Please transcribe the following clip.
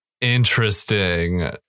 Interesting